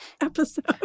episode